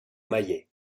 maillet